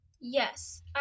Yes